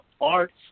arts